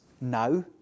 now